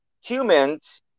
humans